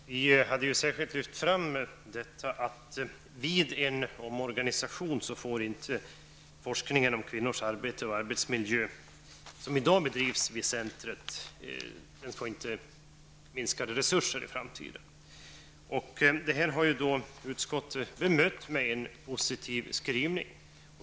Herr talman! Vi hävdar i ett särskilt yttrande att vid en omorganisation skall inte forskningen om kvinnors arbete och arbetsmiljö, som i dag bedrivs vid arbetslivscentrum, få minskade resurser i framtiden. Det har utskottet bemött med en positiv skrivning.